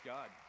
God